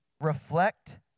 reflect